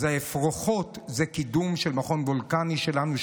אז האפרוחות זה קידום של מכון וולקני שלנו,